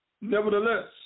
Nevertheless